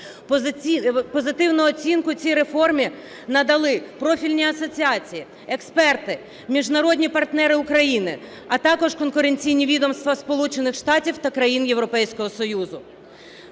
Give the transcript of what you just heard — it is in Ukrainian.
Позитивну оцінку цій реформі надали профільні асоціації, експерти, міжнародні партнери України, а також конкуренційні відомства Сполучених Штатів та країн Європейського Союзу.